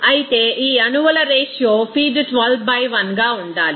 అయితే ఈ అణువుల రేషియో ఫీడ్ 12 బై 1 గా ఉండాలి